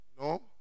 No